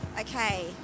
okay